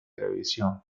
televisión